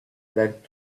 back